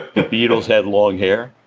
the beatles had long hair.